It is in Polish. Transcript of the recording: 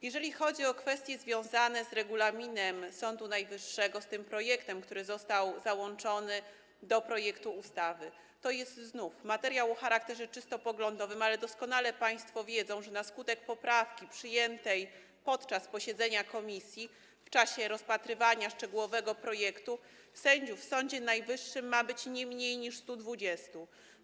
Jeżeli chodzi o kwestie związane z regulaminem Sądu Najwyższego, z tym projektem, który został załączony do projektu ustawy, to jest znów materiał o charakterze czysto poglądowym, ale doskonale państwo wiedzą, że na skutek poprawki przyjętej podczas posiedzenia komisji w czasie szczegółowego rozpatrywania projektu sędziów w Sądzie Najwyższym ma być nie mniej niż 120.